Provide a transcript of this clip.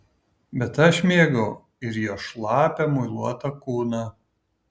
bet aš mėgau ir jos šlapią muiluotą kūną